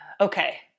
Okay